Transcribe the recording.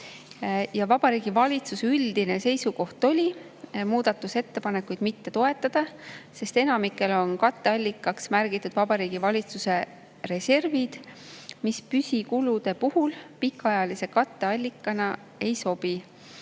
Vabariigi Valitsuse üldine seisukoht oli muudatusettepanekuid mitte toetada, sest enamikul on katteallikaks märgitud Vabariigi Valitsuse reservid, mis püsikulude puhul pikaajalise katteallikana ei sobi.